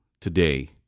today